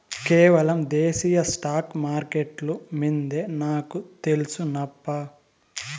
కేవలం దేశీయ స్టాక్స్ మార్కెట్లు మిందే నాకు తెల్సు నప్పా